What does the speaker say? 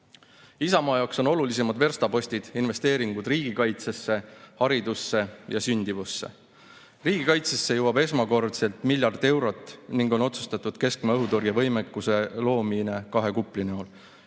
Isamaa jaoks on olulisemad verstapostid investeeringud riigikaitsesse, haridusse ja sündimusse. Riigikaitsesse jõuab esmakordselt miljard eurot ning on otsustatud keskmaa õhutõrje võimekuse loomine kahe kupli näol.